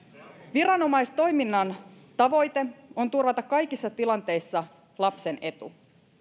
viranomaistoiminnan tavoite on turvata kaikissa tilanteissa lapsen etu